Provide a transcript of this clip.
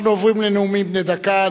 אנחנו עוברים לנאומים בני דקה.